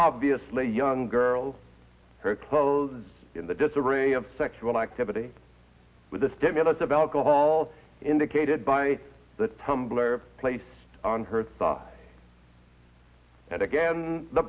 obviously young girl her clothes in the disarray of sexual activity with the stimulus of alcohol indicated by the tumbler placed on her thought and again the